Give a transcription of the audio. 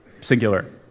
Singular